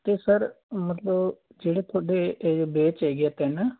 ਅਤੇ ਸਰ ਮਤਲਬ ਜਿਹੜੇ ਤੁਹਾਡੇ ਇਹ ਬੈਚ ਹੈਗੇ ਆ ਤਿੰਨ